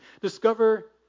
Discover